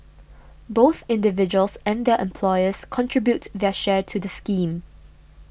both individuals and their employers contribute their share to the scheme